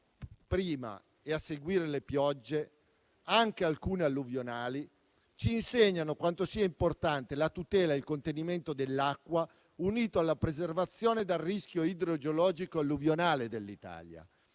prima e a seguire le piogge, alcune anche alluvionali, ci insegnano quanto siano importanti la tutela ed il contenimento dell'acqua, uniti alla preservazione dal rischio idrogeologico alluvionale dell'Italia.